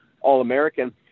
All-American